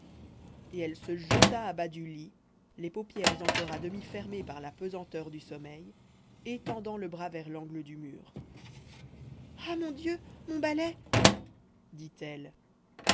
et elle se jeta à bas du lit les paupières encore à demi fermées par la pesanteur du sommeil étendant le bras vers l'angle du mur ah mon dieu mon balai dit-elle